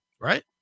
right